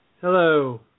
Hello